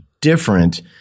different